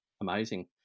amazing